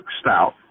Stout